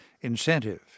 incentive